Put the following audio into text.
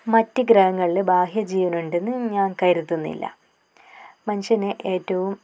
മറ്റ് ഗ്രഹങ്ങളിൽ ബാഹ്യ ജീവനുണ്ടെന്ന് ഞാൻ കരുതുന്നില്ല മനുഷ്യനെ ഏറ്റവും